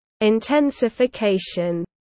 Intensification